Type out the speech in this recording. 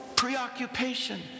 preoccupation